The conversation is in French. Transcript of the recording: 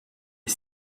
est